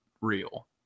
real